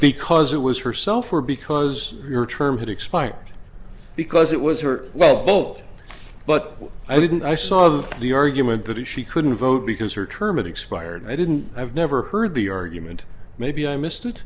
because it was herself or because your term had expired because it was her well bolt but i didn't i saw that the argument that he she couldn't vote because her term expired i didn't i've never heard the argument maybe i missed it